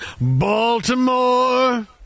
Baltimore